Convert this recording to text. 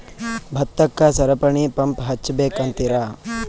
ಭತ್ತಕ್ಕ ಸರಪಣಿ ಪಂಪ್ ಹಚ್ಚಬೇಕ್ ಅಂತಿರಾ?